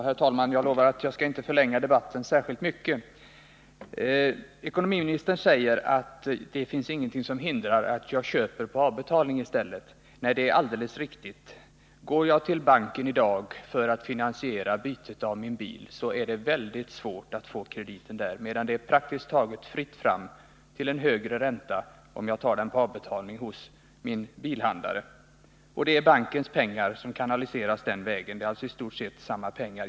Herr talman! Jag lovar att jag inte skall förlänga debatten särskilt mycket. Ekonomiministern säger att det inte finns någonting som hindrar att jag köper på avbetalning i stället. Det är alldeles riktigt. Går jag till banken för att finansiera bytet av min bil kommer jag att finna att det är väldigt svårt att få kredit där, medan det är praktiskt taget fritt fram för kredit till högre ränta om jag tar bilen på avbetalning hos en bilhandlare. Det är bankens pengar som kanaliseras den vägen. Det är alltså i stort sett samma pengar.